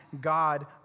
God